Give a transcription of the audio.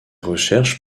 recherches